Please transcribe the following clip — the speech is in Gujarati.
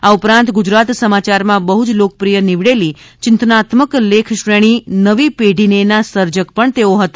આ ઉપરાંત ગુજરાત સમાચારમાં બહ્ જ લોકપ્રિય નીવડેલી ચિંતનાત્મક લેખ શ્રેણી નવી પેઢીને ના સર્જક પણ તેઓ હતા